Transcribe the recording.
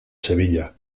sevilla